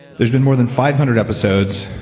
there's been more than five hundred episodes,